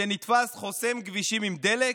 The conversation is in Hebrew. שנתפס חוסם כבישים עם דלק,